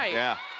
ah yeah.